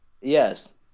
Yes